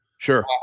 Sure